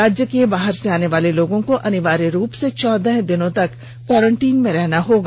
राज्य के बाहर से आने वाले लोगों को अनिवार्य रूप से चौदह दिन कोरेंटीन में रहना होगा